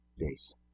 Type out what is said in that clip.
days